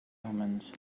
omens